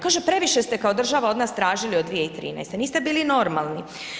Kaže previše ste kao država od nas tražili od 2013., niste bili normalni.